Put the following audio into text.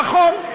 נכון.